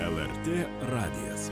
lrt radijas